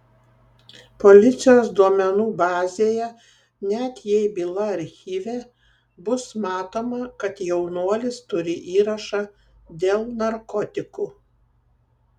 policijos duomenų bazėje net jei byla archyve bus matoma kad jaunuolis turi įrašą dėl narkotikų